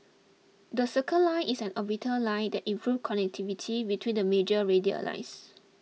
the Circle Line is an orbital line that improves connectivity between the major radial lines